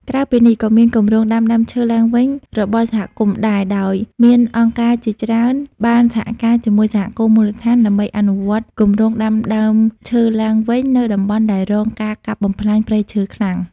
ក្រៅពីនេះក៏មានគម្រោងដាំដើមឈើឡើងវិញរបស់សហគមន៍ដែរ ដោយមានអង្គការជាច្រើនបានសហការជាមួយសហគមន៍មូលដ្ឋាន ដើម្បីអនុវត្តគម្រោងដាំដើមឈើឡើងវិញនៅតំបន់ដែលរងការកាប់បំផ្លាញព្រៃឈើខ្លាំង។